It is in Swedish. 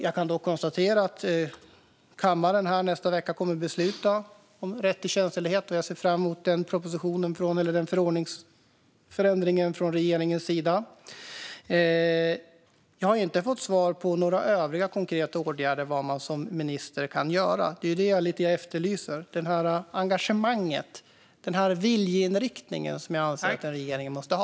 Jag kan dock konstatera att kammaren nästa vecka kommer att besluta om rätt till tjänstledighet; jag ser fram emot den förordningsförändringen från regeringens sida. Jag har inte fått svar på vilka övriga konkreta åtgärder man som minister kan vidta. Det är lite detta jag efterlyser: det engagemang och den viljeinriktning som jag anser att en regering måste ha.